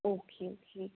okay okay